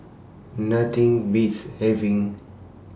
Nothing Beats having